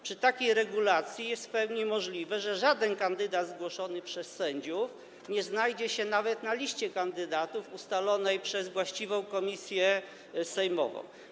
Przy takiej regulacji jest w pełni możliwe, że żaden kandydat zgłoszony przez sędziów nie znajdzie się nawet na liście kandydatów ustalonej przez właściwą komisję sejmową.